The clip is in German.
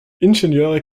ingenieure